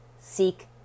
Seek